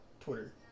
Twitter